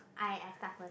I I start first